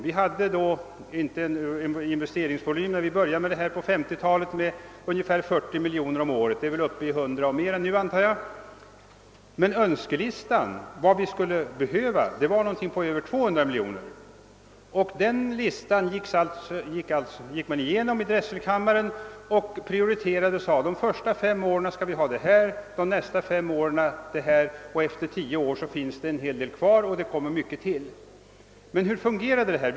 Vi hade, när vi började med detta på 1950-talet, en investeringsram på ungefär 40 miljoner kronor om året. Den är väl uppe i mer än 100 miljoner nu, antar jag. Men önskelistan på vad vi skulle behöva bygga rörde sig om mer än 200 miljoner. Den listan gick man igenom i drätselkammaren och prioriterade och sade: De första fem åren skall vi göra detta, de nästa fem åren detta, och efter tio år finns det kvar en hel del och mycket mera tillkommer då. Men hur fungerade detta?